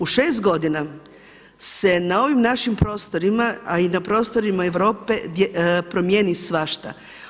U šest godina se na ovim našim prostorima, a i na prostorima Europe promijeni svašta.